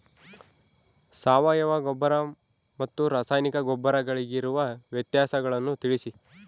ಸಾವಯವ ಗೊಬ್ಬರ ಮತ್ತು ರಾಸಾಯನಿಕ ಗೊಬ್ಬರಗಳಿಗಿರುವ ವ್ಯತ್ಯಾಸಗಳನ್ನು ತಿಳಿಸಿ?